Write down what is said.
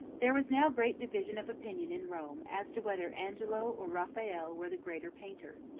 there was now great division of opinion in rome as to whether angelo or raphael were the greater painter.